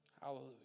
Hallelujah